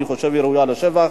ואני חושב שהיא ראויה לשבח.